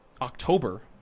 october